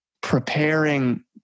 preparing